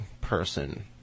person